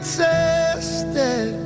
tested